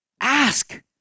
ask